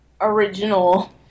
original